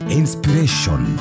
inspiration